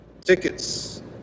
tickets